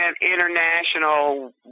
international